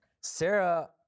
Sarah